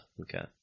okay